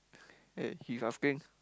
eh he's asking